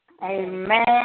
Amen